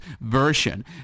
version